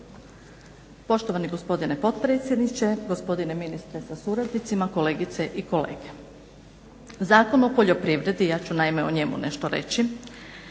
Poštovani gospodine potpredsjedniče, gospodine ministre sa suradnicima, kolegice i kolege. Zakon o poljoprivredi, ja ću naime o njemu nešto reći